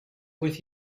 with